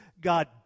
God